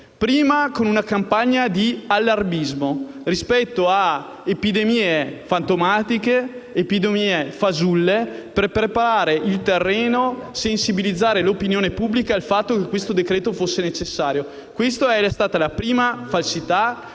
prima con una campagna di allarmismo rispetto a epidemie fantomatiche e fasulle, per preparare il terreno e sensibilizzare l'opinione pubblica sul fatto che questo decreto-legge fosse necessario. Questa è stata la prima falsità.